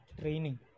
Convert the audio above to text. training